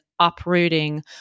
uprooting